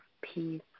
peace